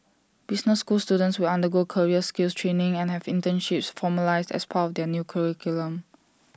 business school students will undergo career skills training and have internships formalised as part of the new curriculum